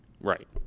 Right